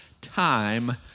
time